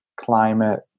climate